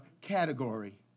category